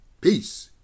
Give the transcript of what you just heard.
Peace